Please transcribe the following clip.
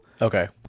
Okay